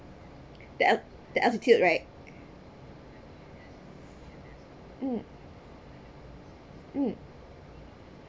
that that altitude mm okay um